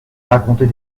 raconter